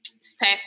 step